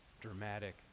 dramatic